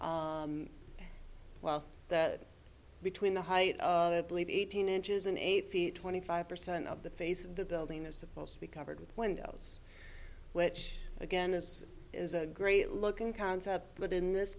well that between the height of eighteen inches and eight feet twenty five percent of the face of the building is supposed to be covered with windows which again is is a great looking concept but in this